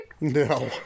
No